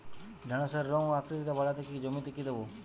ঢেঁড়সের রং ও আকৃতিতে বাড়াতে জমিতে কি দেবো?